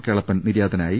കേളപ്പൻ നിര്യാതനായി